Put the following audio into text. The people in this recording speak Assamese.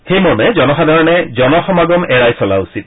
সেইমৰ্মে জনসাধাৰণে জনসমাগম এৰাই চলা উচিত